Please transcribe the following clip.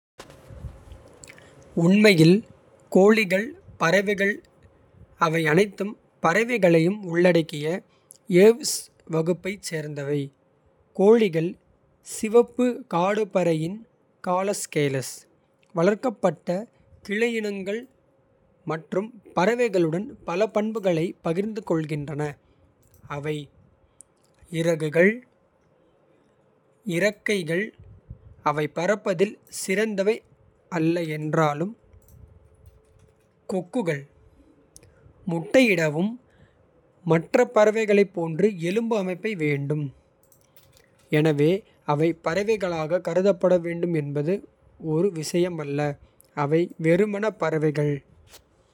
உண்மையில் கோழிகள் பறவைகள் அவை அனைத்து. பறவைகளையும் உள்ளடக்கிய ஏவ்ஸ் வகுப்பைச் சேர்ந்தவை. கோழிகள் சிவப்பு காடுபறவையின் காலஸ் கேலஸ். வளர்க்கப்பட்ட கிளையினங்கள் மற்றும் பிற பறவைகளுடன். பல பண்புகளைப் பகிர்ந்து கொள்கின்றன அவை. இறகுகள் இறக்கைகள் அவை பறப்பதில். சிறந்தவை அல்ல என்றாலும் கொக்குகள். முட்டையிடவும் மற்ற பறவைகளைப் போன்ற. எலும்பு அமைப்பு வேண்டும். எனவே அவை பறவைகளாகக் கருதப்பட. வேண்டும் என்பது ஒரு விஷயமல்ல அவை வெறுமனே பறவைகள்.